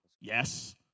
Yes